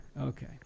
Okay